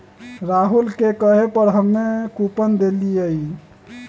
राहुल के कहे पर हम्मे कूपन देलीयी